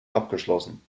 abgeschlossen